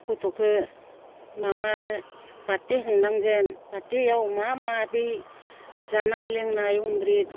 गथ'खो माबा बार्थडे खुंनांगोन बार्थडेयाव मा मा बै जानाय लोंनाय अमरित